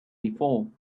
before